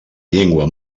llengua